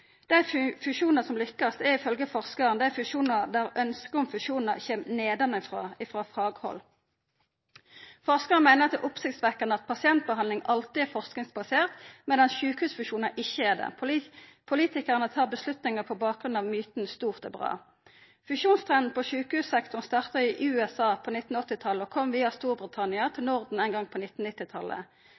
Dei fusjonar som lykkast, er ifølge forskaren dei fusjonar der ønsket om fusjonar kjem nedanifrå – frå fagleg hold. Forskaren meiner det er oppsiktsvekkjande at pasientbehandling alltid er forskingsbasert, medan sjukehusfusjonar ikkje er det. Politikarane tar avgjerder på bakgrunn av myten om at stort er bra. Fusjonstrenden på sjukehussektoren starta i USA på 1980-talet og kom via Storbritannia til Norden ein gong på